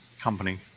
company